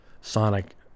sonic